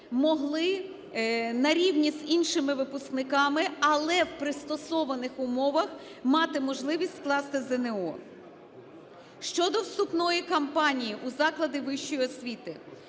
могли на рівні з іншими випускниками, але в пристосованих умовах, мати можливість скласти ЗНО. Щодо вступної кампанії у заклади вищої освіти.